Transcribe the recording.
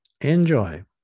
Enjoy